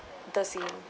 the same